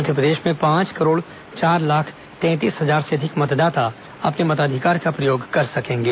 मध्यप्रदेश में पांच करोड़ चार लाख तैंतीस हजार से अधिक मतदाता अपने मताधिकार का प्रयोग कर सकेंगे